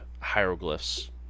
hieroglyphs